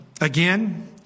again